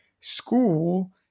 school